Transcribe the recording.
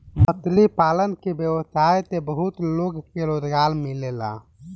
मछली पालन के व्यवसाय से बहुत लोग के रोजगार मिलेला